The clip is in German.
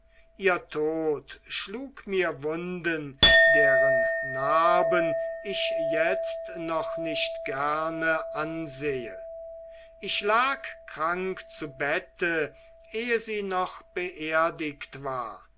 ihr tod schlug mir wunden deren narben ich jetzt noch nicht gerne ansehe ich lag krank zu bette ehe sie noch beerdiget war